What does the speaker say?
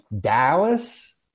Dallas